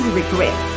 regret